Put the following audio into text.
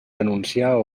denunciar